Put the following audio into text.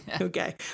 Okay